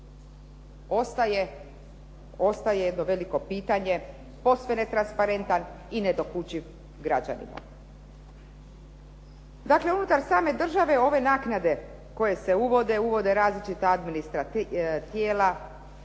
ostaje jedno veliko pitanje, posve netransparentan i nedokučiv građaninu. Dakle, unutar same države ove naknade koje se uvode, uvode različite administrativna